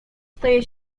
staje